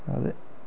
आं ते